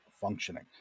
functioning